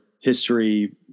history